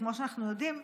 וכמו שאנחנו יודעים,